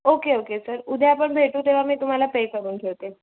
okay okay sir उद्या आपण भेटू तेव्हा मी तुम्हाला पे करून ठेवते